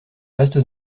vaste